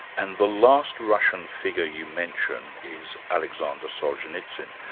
and the last russian figure you mention is alexander solzhenitsyn,